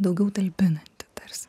daugiau talpinanti tarsi